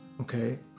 okay